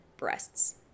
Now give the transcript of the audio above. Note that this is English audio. breasts